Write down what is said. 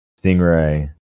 Stingray